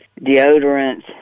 deodorants